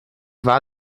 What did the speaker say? war